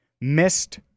missed